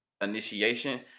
initiation